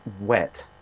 wet